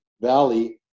valley